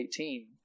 18